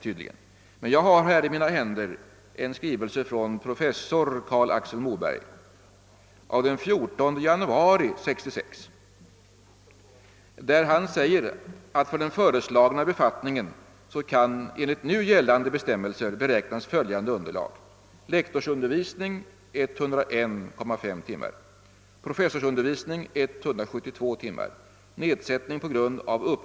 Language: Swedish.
Jag har emellertid i mina händer en skrivelse från professor Carl-Axel Moberg av den 14 januari 1966, vari han säger: »För den föreslagna befattningen kan därför enligt nu gällande bestämmelser beräknas följande underlag: Det fattas alltså ungefär 24 timmar.